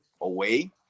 away